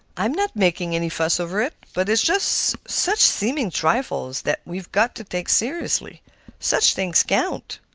i'm not making any fuss over it. but it's just such seeming trifles that we've got to take seriously such things count.